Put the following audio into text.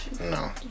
no